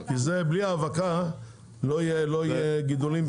בלי האבקה לא יהיו גידולים.